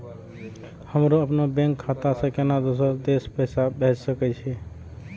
हमरो अपने बैंक खाता से केना दुसरा देश पैसा भेज सके छी?